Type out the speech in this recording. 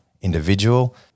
individual